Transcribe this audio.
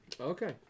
Okay